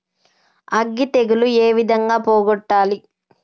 అగ్గి తెగులు ఏ విధంగా పోగొట్టాలి?